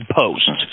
post